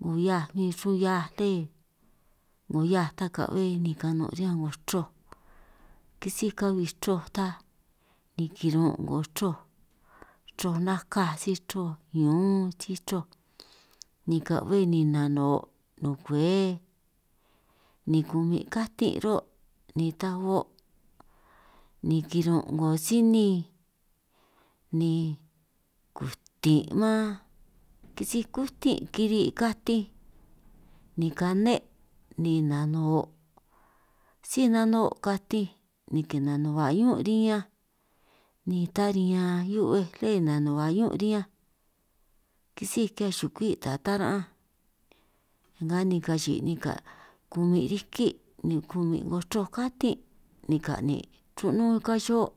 'Ngo hiaj bin chrun hiaj lé 'ngo hiaj ta ka'bbe ni kanun' riñan 'ngo chroj, kisíj ka'bi chroj ta ni kirun' 'ngo chroj chroj nakaj si chro ñuún si chroj ni ka'be ni nanuno' nukwé, ni kumun' katin' ro' ni ta o' ni kirun' 'ngo sinin ni kutin' man kisíj kutin' kiri' katinj, ni kane' ni nanoo' síj nanoo' katinj ni kinanuhua ñún' riñanj, ni ta riñan hiu'bej lé nanuhua ñún' riñanj kisíj ki'hiaj xukwi' ta taran'anj, nnga ni kachi'ij ni kumin' riki' ni kumin' 'ngo chroj katin' ni ka'nin' ru'nún kán chihio',